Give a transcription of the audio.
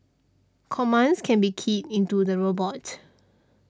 commands can be keyed into the robot